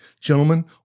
Gentlemen